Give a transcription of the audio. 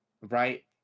right